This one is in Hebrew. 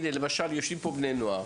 הנה, יושבים פה בני נוער